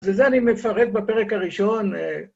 וזה אני מפרט בפרק הראשון, אה...